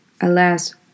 Alas